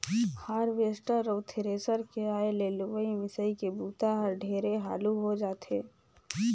harvester अउ thresher के आए ले लुवई, मिंसई के बूता हर ढेरे हालू हो जाथे